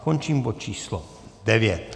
Končím bod číslo 9.